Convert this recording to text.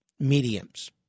Mediums